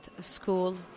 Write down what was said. school